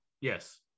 yes